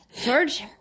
George